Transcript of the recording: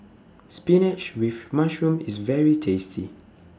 Spinach with Mushroom IS very tasty